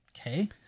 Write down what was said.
Okay